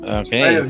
okay